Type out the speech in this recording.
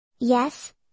Yes